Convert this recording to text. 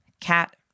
Cat